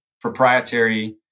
proprietary